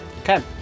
Okay